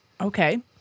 Okay